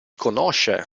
conosce